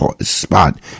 spot